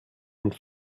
und